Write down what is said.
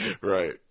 Right